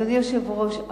אדוני היושב-ראש,